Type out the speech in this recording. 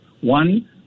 One